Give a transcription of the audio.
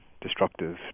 destructive